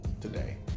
today